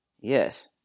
Yes